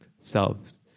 selves